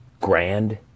grand